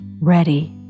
ready